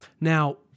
Now